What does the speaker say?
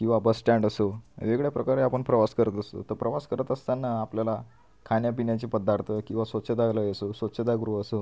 किंवा बसस्टँड असो वेगवेगळ्या प्रकारे आपण प्रवास करत असतो तर प्रवास करत असताना आपल्याला खाण्यापिण्याचे पदार्थ किंवा स्वच्छतालय असो स्वच्छतागृह असो